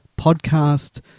podcast